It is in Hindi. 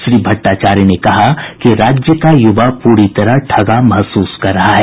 श्री भट्टाचार्य ने कहा कि राज्य का युवा पूरी तरह ठगा महसूस कर रहा है